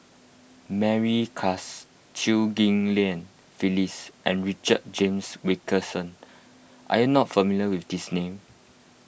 Mary Klass Chew Ghim Lian Phyllis and Richard James Wilkinson are you not familiar with these names